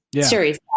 serious